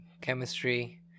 chemistry